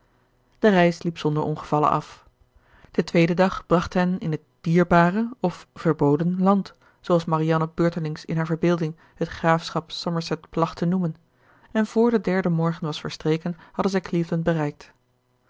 de reis liep zonder ongevallen af de tweede dag bracht hen in het dierbare of verboden land zooals marianne beurtelings in haar verbeelding het graafschap somerset placht te noemen en vr de derde morgen was verstreken hadden zij cleveland bereikt